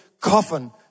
coffin